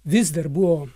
vis dar buvo